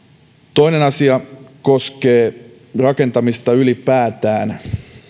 toinen asia koskee rakentamista ylipäätään